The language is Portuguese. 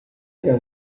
pegar